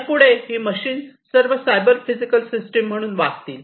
यापुढे ही मशीन्स सर्व सायबर फिजिकल सिस्टम म्हणून वागतील